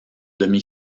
demi